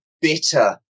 bitter